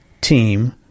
team